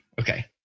okay